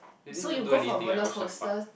we didn't even do anything at Ocean Park